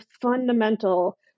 fundamental